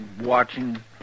watching